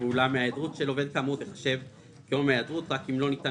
ואולם ההיעדרות של עובד כאמור תיחשב כיום היעדרות רק אם לא ניתן